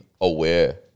aware